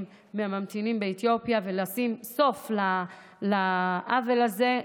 מהממתינים באתיופיה ולשים סוף לעוול הזה.